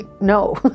no